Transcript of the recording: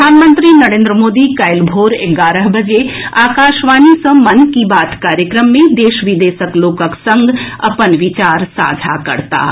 प्रधानमंत्री नरेन्द्र मोदी काल्हि भोर एगारह बजे आकाशवाणी सँ मन की बात कार्यक्रम मे देश विदेशक लोकक संग अपन बिचार सांझा करताह